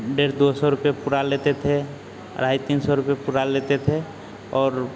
डेढ़ दो सौ रुपये पुरा लेते थे अढ़ाई तीन सौ पुरा लेते थे और